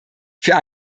für